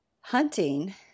hunting